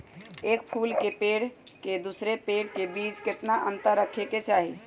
एक फुल के पेड़ के दूसरे पेड़ के बीज केतना अंतर रखके चाहि?